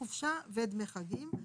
חופשה ודמי החגים.